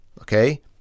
okay